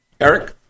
Eric